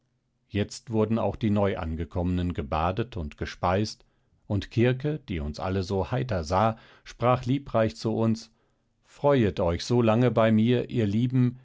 jetzt wurden auch die neuangekommenen gebadet und gespeist und kirke die uns alle so heiter sah sprach liebreich zu uns freuet euch so lange bei mir ihr lieben